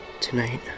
tonight